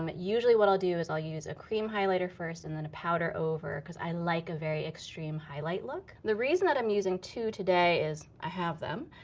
um usually what i'll do is i'll use a cream highlighter first, and then a powder over, because i like a very extreme highlight look. the reason that i'm using two today is i have them,